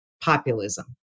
populism